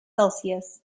celsius